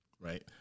right